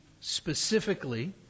specifically